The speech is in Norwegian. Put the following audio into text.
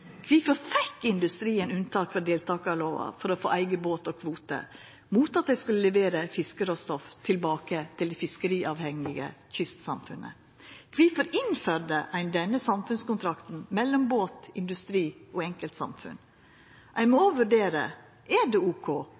fekk industrien unntak frå deltakarlova for å få eigen båt og kvote, mot at dei skulle levera fiskeråstoff tilbake til dei fiskeriavhengige kystsamfunna? Kvifor innførte ein denne samfunnskontrakten mellom båt, industri og enkeltsamfunn? Ein må vurdera: Er det ok